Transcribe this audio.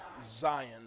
Zion